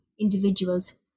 individuals